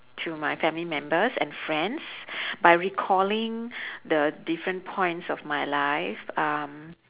through my family members and friends by recalling the different points of my life um